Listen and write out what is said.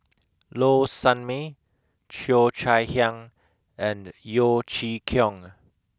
Low Sanmay Cheo Chai Hiang and Yeo Chee Kiong